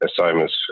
assignments